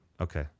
Okay